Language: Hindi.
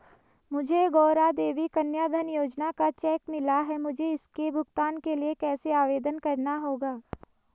मुझे गौरा देवी कन्या धन योजना का चेक मिला है मुझे इसके भुगतान के लिए कैसे आवेदन करना होगा?